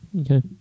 Okay